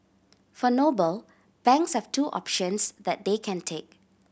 for Noble banks have two options that they can take